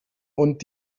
und